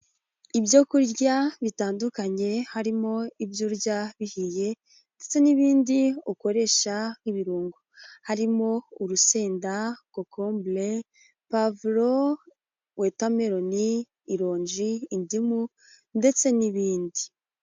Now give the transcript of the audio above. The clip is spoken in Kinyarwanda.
Ibyo kurya bitandukanye harimo ibyo urya bihiye ndetse n'ibindi ukoresha nk'ibirungo, harimo urusenda kokombure, puwavulo wotameloni, ironji, indimu ndetse n'ibindi.